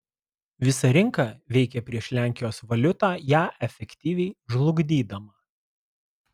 visa rinka veikė prieš lenkijos valiutą ją efektyviai žlugdydama